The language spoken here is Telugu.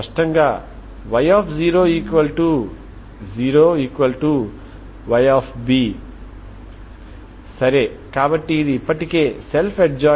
0 నుండి ఇన్ఫినిటీ వరకు నడుస్తున్న ఈ పరిష్కారాలన్నింటినీ మీరు సూపర్పోజ్ చేస్తారు అంటే n0unxtn0Ane n222L2t